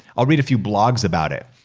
i'll read a few blogs about it.